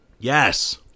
Yes